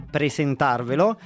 presentarvelo